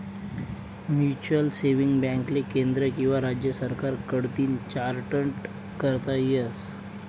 mutual saving बॅकले केंद्र किंवा राज्य सरकार कडतीन चार्टट करता येस